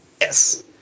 Yes